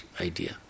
idea